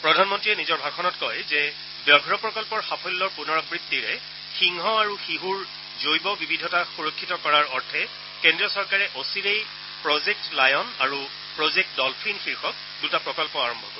প্ৰধানমন্ত্ৰীয়ে নিজৰ ভাষণত কয় যে ব্যয় প্ৰকল্পৰ সাফল্যৰ পূনৰাবৃত্তিৰে সিংহ আৰু শিহুৰ জৈৱ বিবিধতা সুৰক্ষিত কৰাৰ অৰ্থে কেন্দ্ৰীয় চৰকাৰে অচিৰেই প্ৰজেক্ট লায়ন আৰু প্ৰজেক্ট ডলফিন শীৰ্ষক দুটা প্ৰকল্প আৰম্ভ কৰিব